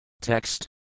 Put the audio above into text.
Text